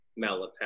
melatonin